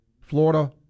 Florida